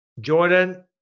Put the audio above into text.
Jordan